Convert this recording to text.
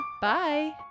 Bye